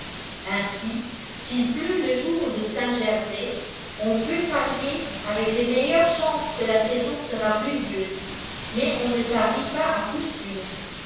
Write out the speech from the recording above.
ainsi s'il pleut le jour de saint gervais on peut parier av o les meilleares chances que la saison sera pluvieuse mais on ne parie pas à coup sûr